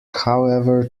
however